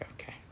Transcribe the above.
Okay